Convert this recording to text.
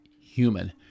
human